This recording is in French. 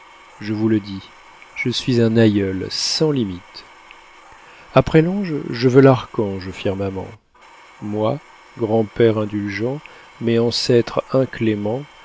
je vous le dis je suis un aïeul sans limite après l'ange je veux l'archange au firmament moi grand-père indulgent mais ancêtre inclément